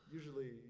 Usually